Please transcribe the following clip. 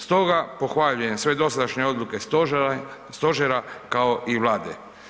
Stoga pohvaljujem sve dosadašnje odluke stožera, kao i Vlade.